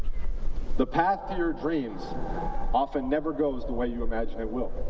the path to your dreams often never goes the way you imagine it will.